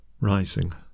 rising